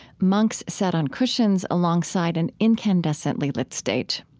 monks sat on cushions alongside an incandescently lit stage.